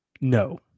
no